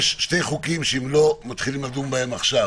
יש שני חוקים שאם לא מתחילים לדון בהם עכשיו